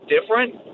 different